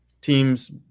teams